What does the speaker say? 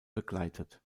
begleitet